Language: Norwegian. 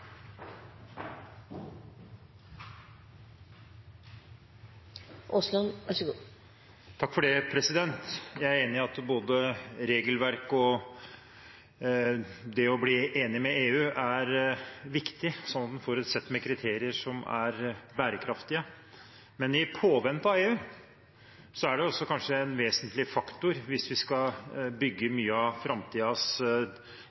enig i at både regelverket og det å bli enig med EU er viktig, sånn at en får et sett med kriterier som er bærekraftige. Men i påvente av EU er kanskje en vesentlig faktor, hvis vi skal bygge